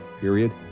period